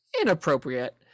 inappropriate